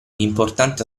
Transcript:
importante